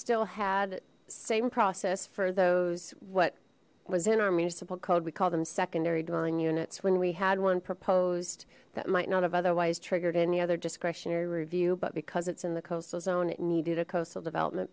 still had same process for those what was in our municipal code we call them secondary dwelling units when we had one proposed that might not have otherwise triggered any other discretionary review but because it's in the coastal zone it needed a coastal development